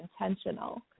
intentional